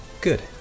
Good